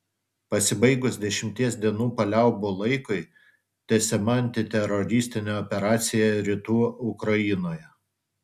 pasibaigus dešimties dienų paliaubų laikui tęsiama antiteroristinė operacija rytų ukrainoje